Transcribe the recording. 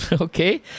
Okay